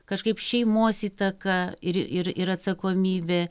kažkaip šeimos įtaka ir ir ir atsakomybė